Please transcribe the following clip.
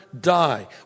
die